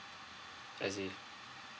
I see